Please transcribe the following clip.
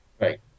Right